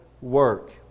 work